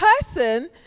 person